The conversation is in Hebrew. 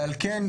ועל כן,